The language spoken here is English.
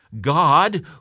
God